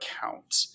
count